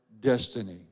destiny